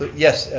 yes,